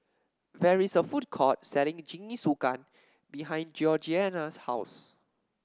there is a food court selling Jingisukan behind Georgianna's house